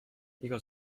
iga